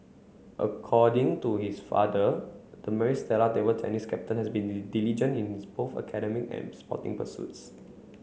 according to his father the Maris Stella table tennis captain has been diligent in both his academic and sporting pursuits